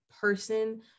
person